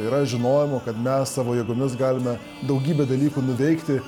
yra žinojimo kad mes savo jėgomis galime daugybę dalykų nuveikti